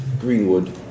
Greenwood